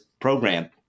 program